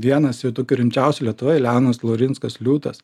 vienas jau tokių rimčiausių lietuvoje leonas laurinskas liūtas